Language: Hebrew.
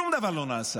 שום דבר לא נעשה.